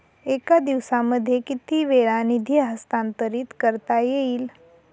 एका दिवसामध्ये किती वेळा निधी हस्तांतरीत करता येईल?